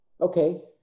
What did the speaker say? Okay